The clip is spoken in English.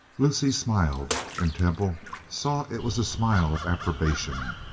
lucy smiled and temple saw it was a smile of approbation.